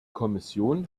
kommission